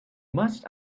must